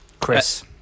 Chris